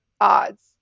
odds